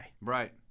Right